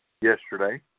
yesterday